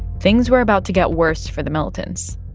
things were about to get worse for the militants.